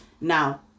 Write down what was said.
now